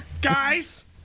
Guys